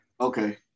Okay